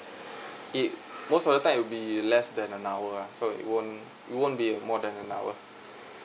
it most of the time it'll be less than an hour ah so it won't it won't be more than an hour